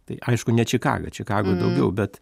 tai aišku ne čikaga čikagoj daugiau bet